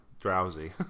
drowsy